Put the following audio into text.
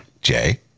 Jay